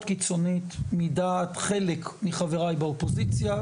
קיצונית מדעת חלק מחבריי באופוזיציה,